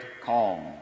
calm